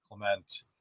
Clement